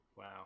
Wow